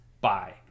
Bye